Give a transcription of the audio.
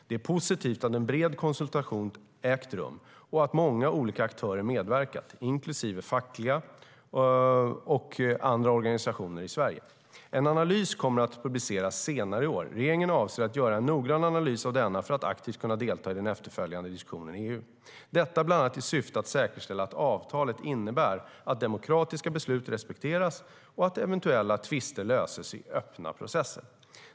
Det är positivt att en bred konsultation ägt rum och att många olika aktörer medverkat, inklusive fackliga och andra organisationer i Sverige. En analys kommer att publiceras senare i år. Regeringen avser att göra en noggrann analys av denna för att aktivt kunna delta i den efterföljande diskussionen i EU. Detta sker bland annat i syfte att säkerställa att avtalet innebär att demokratiska beslut respekteras och att eventuella tvister löses i öppna processer.